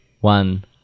one